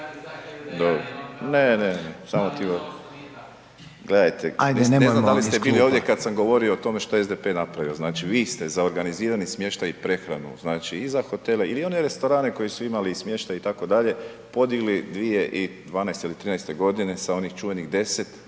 Ajde nemojmo./… gledajte ne znam da li ste bili ovdje kad sam govorio što je SDP napravio, znači vi ste za organizirani smještaj i prehranu, znači i za hotele ili one restorane koji su imali i smještaj podigli 2012. ili '13. godine sa onih čuvenih 10